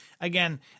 again